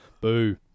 Boo